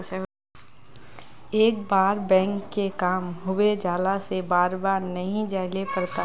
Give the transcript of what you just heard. एक बार बैंक के काम होबे जाला से बार बार नहीं जाइले पड़ता?